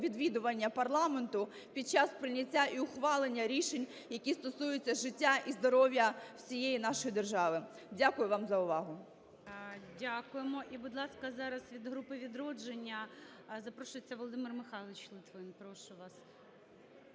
відвідування парламенту під час прийняття і ухвалення рішень, які стосуються життя і здоров'я всієї нашої держави. Дякую вам за увагу. ГОЛОВУЮЧИЙ. Дякуємо. І, будь ласка, зараз від групи "Відродження" запрошується Володимир Михайлович Литвин, прошу вас.